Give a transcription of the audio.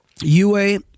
UA